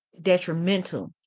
detrimental